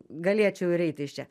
galėčiau ir eiti iš čia